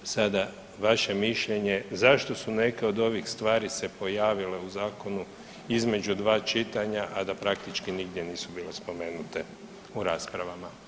Sada vaše mišljenje zašto su neke od ovih stvari se pojavile u zakonu između dva čitanja, a da praktički nigdje nisu bile spomenute u raspravama.